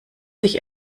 sich